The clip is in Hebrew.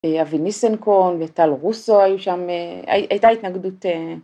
אה, אבי ניסנקון וטל רוסו היו שם, אה... הייתה, הייתה התנגדות אה...